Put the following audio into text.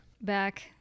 back